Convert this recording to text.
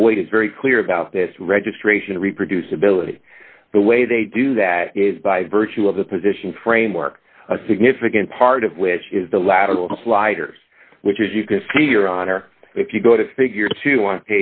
and boyd is very clear about this registration reproducibility the way they do that is by virtue of the position framework a significant part of which is the lateral sliders which as you can see your honor if you go to figure two on